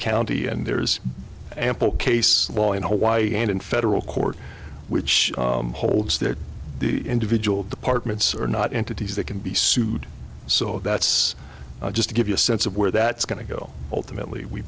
county and there's ample case law in hawaii and in federal court which holds that the individual departments are not entities that can be sued so that's just to give you a sense of where that's going to go ultimately we